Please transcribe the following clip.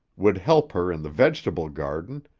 would help her in the vegetable garden,